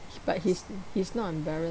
but he's he's not embarrassed